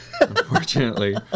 unfortunately